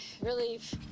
relief